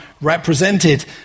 represented